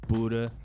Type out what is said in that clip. Buddha